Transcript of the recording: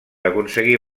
aconseguir